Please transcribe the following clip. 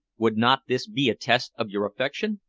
would not this be a test of your affection?